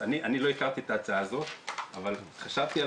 אני לא הכרתי את ההצעה הזו אבל חשבתי על